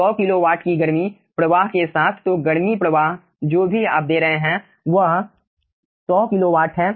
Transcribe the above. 100 kilowatt की गर्मी प्रवाह के साथ तो गर्मी प्रवाह जो भी आप दे रहे हैं वह 100 किलो वाट है